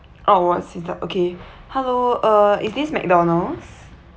oh I see that okay hello uh is this macdonald's